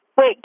Wait